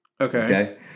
Okay